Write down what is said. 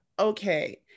okay